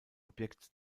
objekt